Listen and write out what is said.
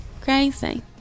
crazy